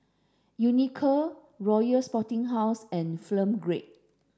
Unicurd Royal Sporting House and Grade